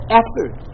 effort